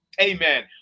Amen